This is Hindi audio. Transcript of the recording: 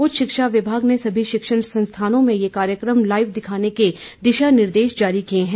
उच्च शिक्षा विभाग ने सभी शिक्षण संस्थानों में ये कार्यक्रम लाईव दिखाने को दिशा निर्देश जारी किए हैं